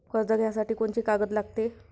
कर्ज घ्यासाठी कोनची कागद लागते?